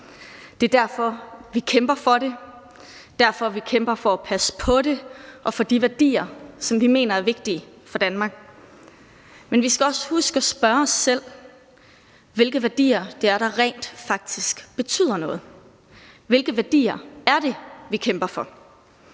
Det er derfor, vi kæmper for det. Vi kæmper for at passe på det og for de værdier, som vi mener er vigtige for Danmark. Men vi skal også huske at spørge os selv, hvilke værdier der rent faktisk betyder noget, hvilke værdier vi kæmper for.